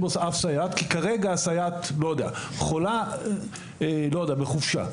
בו סייעת כי כרגע הסייעת חולה או בחופשה